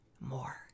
more